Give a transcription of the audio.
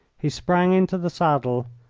he sprang into the saddle,